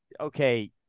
okay